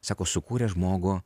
sako sukūrė žmogų